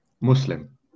Muslim